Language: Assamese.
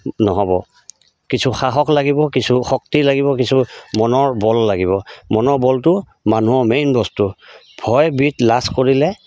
নহ'ব কিছু সাহস লাগিব কিছু শক্তি লাগিব কিছু মনৰ বল লাগিব মনৰ বলটো মানুহৰ মেইন বস্তু ভয়বিধ লাজ কৰিলে